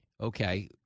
okay